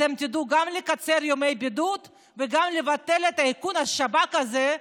אתם תדעו גם לקצר את ימי הבידוד וגם לבטל את איכון השב"כ הזה,